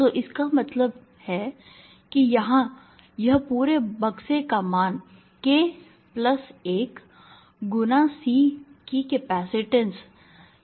तो इसका मतलब है कि यहां यह पूरे बक्से का मान k प्लस 1 गुना C की कैपेसिटेंस जैसा दिखता है